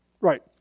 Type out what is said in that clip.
right